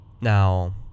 now